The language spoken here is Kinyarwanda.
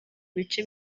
bice